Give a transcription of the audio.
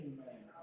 Amen